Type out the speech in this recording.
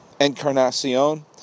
Encarnacion